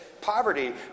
poverty